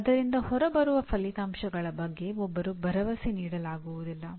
ಆದ್ದರಿಂದ ಅದರಿಂದ ಹೊರಬರುವ ಫಲಿತಾಂಶಗಳ ಬಗ್ಗೆ ಒಬ್ಬರು ಭರವಸೆ ನೀಡಲಾಗುವುದಿಲ್ಲ